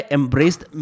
embraced